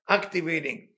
activating